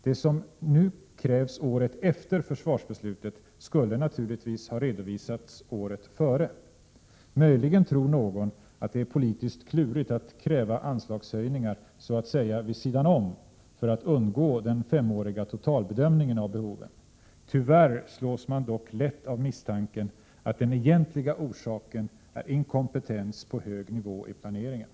Det som nu krävs året efter försvarsbeslutet skulle naturligtvis ha redovisats året före. Möjligen tror någon att det är politiskt klurigt att kräva anslagshöjningar så att säga vid sidan om, för att undgå den femåriga totalbedömningen av behoven. Tyvärr slås man dock lätt av misstanken att den egentliga orsaken är inkompetens på Prot. 1987/88:85 hög nivå i planeringen.